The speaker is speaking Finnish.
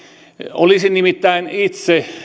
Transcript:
olisin nimittäin itse